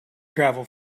travel